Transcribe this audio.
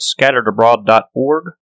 scatteredabroad.org